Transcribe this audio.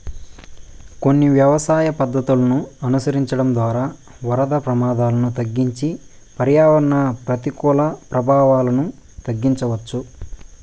కొన్ని వ్యవసాయ పద్ధతులను అనుసరించడం ద్వారా వరద ప్రమాదాలను తగ్గించి పర్యావరణ ప్రతికూల ప్రభావాలను తగ్గించవచ్చు